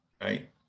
right